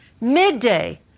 Midday